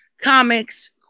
comics